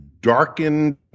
darkened